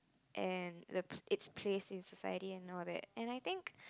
and the its place inside it and all that and I think